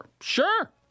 Sure